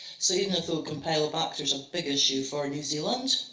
so even if campylobacter is a big issue for new zealand,